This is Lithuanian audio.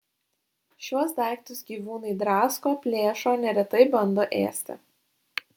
šiuos daiktus gyvūnai drasko plėšo neretai bando ėsti